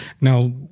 now